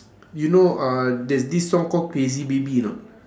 you know uh there's this song called crazy baby or not